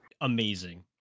amazing